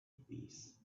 peace